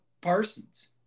Parsons